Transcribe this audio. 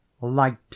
light